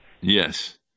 Yes